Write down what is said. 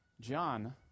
John